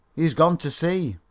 he has gone to see